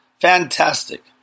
fantastic